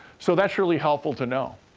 so that's really helpful to know.